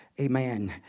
amen